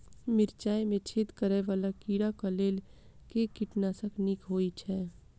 मिर्चाय मे छेद करै वला कीड़ा कऽ लेल केँ कीटनाशक नीक होइ छै?